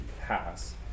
pass